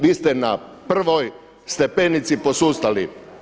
Vi ste na prvoj stepenici posustali.